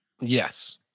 Yes